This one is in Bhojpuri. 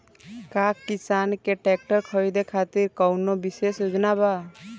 का किसान के ट्रैक्टर खरीदें खातिर कउनों विशेष योजना बा?